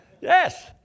yes